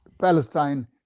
Palestine